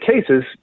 cases